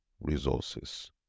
Resources